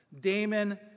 Damon